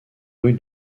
rue